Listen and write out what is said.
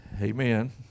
amen